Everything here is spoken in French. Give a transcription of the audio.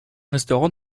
restaurant